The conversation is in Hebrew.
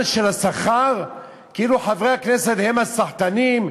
של השכר כאילו חברי הכנסת הם הסחטנים,